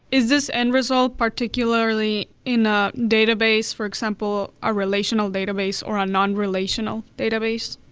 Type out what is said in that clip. is this end result particularly in a database, for example, a relational database or a non-relational database?